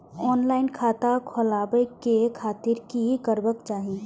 Online खाता खोलाबे के खातिर कि करबाक चाही?